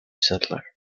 settler